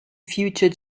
future